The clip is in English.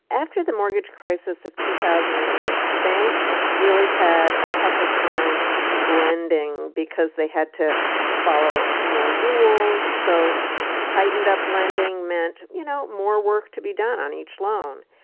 after the mortgage crisis of two thousand and eight, banks really had a tougher time lending because they had to follow more rules. so tightened-up lending meant, you know, more work to be done on each loan.